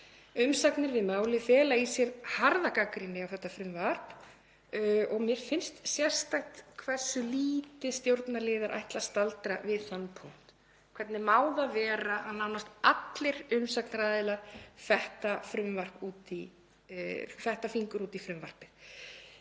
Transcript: Umsagnir við málið fela í sér harða gagnrýni á þetta frumvarp og mér finnst sérstakt hversu lítið stjórnarliðar ætla að staldra við þann punkt. Hvernig má það vera að nánast allir umsagnaraðilar fetti fingur út í frumvarpið?